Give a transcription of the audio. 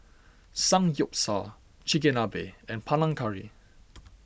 Samgyeopsal Chigenabe and Panang Curry